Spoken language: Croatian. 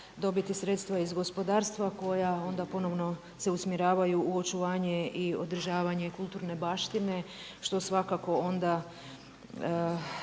dobiti sredstva iz gospodarstva koja onda ponovno se usmjeravaju u očuvanje i održavanje kulturne baštine što svakako onda